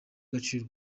agaciro